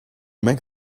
make